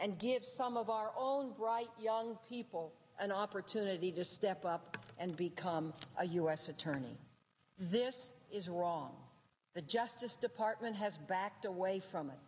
and give some of our all right young people an opportunity to step up and become a u s attorney this is wrong the justice department has backed away from it